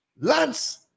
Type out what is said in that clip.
Lance